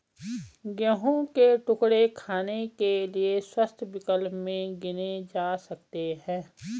गेहूं के टुकड़े खाने के लिए स्वस्थ विकल्प में गिने जा सकते हैं